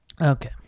Okay